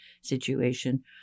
situation